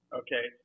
okay